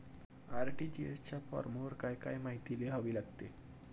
RTGS च्या फॉर्मवर काय काय माहिती लिहावी लागते?